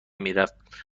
میرفت